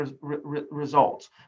results